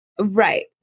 Right